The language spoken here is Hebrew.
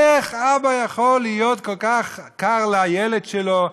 איך אבא יכול להיות כל כך קר לילד שלו?